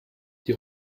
die